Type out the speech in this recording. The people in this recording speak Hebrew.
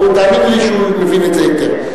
תאמיני לי שהוא הבין את זה היטב.